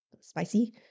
spicy